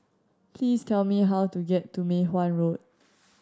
please tell me how to get to Mei Hwan Road